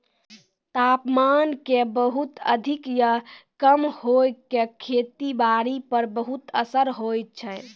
तापमान के बहुत अधिक या कम होय के खेती बारी पर बहुत असर होय छै